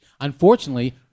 Unfortunately